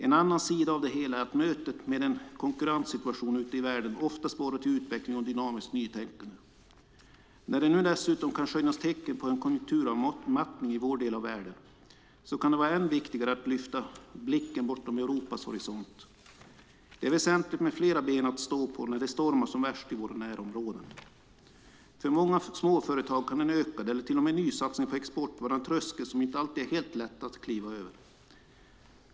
En annan sida av det hela är att mötet med en konkurrenssituation ute i världen ofta sporrar till utveckling och dynamiskt nytänkande. När det nu dessutom kan skönjas tecken på en konjunkturavmattning i vår del av världen kan det vara än viktigare att lyfta blicken bortom Europas horisont. Det är väsentligt med flera ben att stå på när det stormar som värst i våra närområden. För många småföretag kan en ökad satsning eller till och med en nysatsning på export vara en tröskel som inte alltid är helt lätt att kliva över.